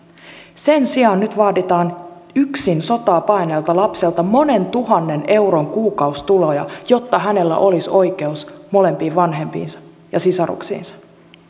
sen sijaan nyt vaaditaan yksin sotaa paenneelta lapselta monen tuhannen euron kuukausituloja jotta hänellä olisi oikeus molempiin vanhempiinsa ja sisaruksiinsa ja